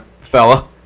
fella